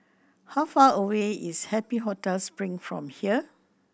how far away is Happy Hotel Spring from here